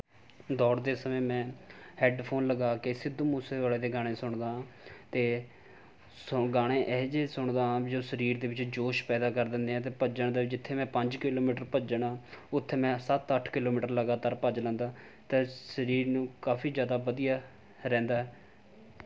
ਦੌੜਦੇ ਸਮੇਂ ਮੈਂ ਹੈੱਡਫੋਨ ਲਗਾ ਕੇ ਸਿੱਧੂ ਮੂਸੇਵਾਲੇ ਦੇ ਗਾਣੇ ਸੁਣਦਾ ਹਾਂ ਅਤੇ ਸੋ ਗਾਣੇ ਇਹੇ ਜਿਹੇ ਸੁਣਦਾ ਹਾਂ ਜੋ ਸਰੀਰ ਦੇ ਵਿੱਚ ਜੋਸ਼ ਪੈਦਾ ਕਰ ਦਿੰਦੇ ਹੈ ਅਤੇ ਭੱਜਣ ਦਾ ਜਿੱਥੇ ਮੈਂ ਪੰਜ ਕਿਲੋਮੀਟਰ ਭੱਜਣਾ ਉੱਥੇ ਮੈਂ ਸੱਤ ਅੱਠ ਕਿਲੋਮੀਟਰ ਲਗਾਤਾਰ ਭੱਜ ਲੈਂਦਾ ਅਤੇ ਸਰੀਰ ਨੂੰ ਕਾਫ਼ੀ ਜ਼ਿਆਦਾ ਵਧੀਆ ਰਹਿੰਦਾ ਹੈ